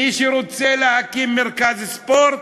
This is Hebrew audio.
מי שרוצה להקים מרכז ספורט,